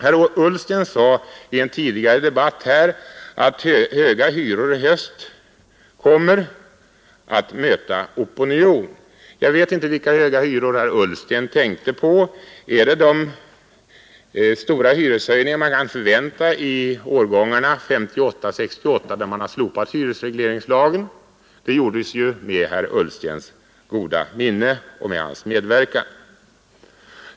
Herr Ullsten sade i en tidigare debatt här att höga hyror i höst kommer att möta opinion. Jag vet inte vilka höga hyror herr Ullsten tänkte på. Är det de stora hyreshöjningar man kan förvänta i årgångarna 1958-1968 där man har slopat hyresregleringslagen? Det gjordes ju med herr Ullstens goda minne och med hans medverkan.